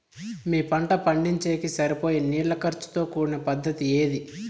మీ పంట పండించేకి సరిపోయే నీళ్ల ఖర్చు తో కూడిన పద్ధతి ఏది?